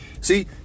See